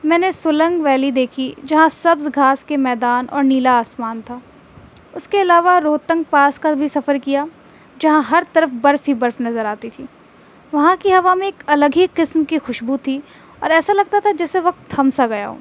میں نے سولنگ ویلی دیکھی جہاں سبز گھاس کے میدان اور نیلا آسمان تھا اس کے علاوہ روہتنگ پاس کا بھی سفر کیا جہاں ہر طرف برف ہی برف نظر آتی تھی وہاں کی ہوا میں ایک الگ ہی قسم کی خوشبو تھی اور ایسا لگتا تھا جسے وقت تھم سا گیا ہو